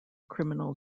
criminal